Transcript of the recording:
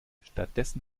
stattdessen